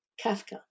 Kafka